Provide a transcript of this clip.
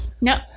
no